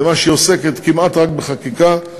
מכיוון שהיא עוסקת כמעט רק בחקיקה,